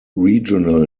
regional